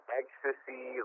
ecstasy